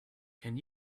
can